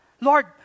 Lord